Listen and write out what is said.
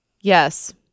Yes